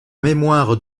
mémoire